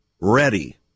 ready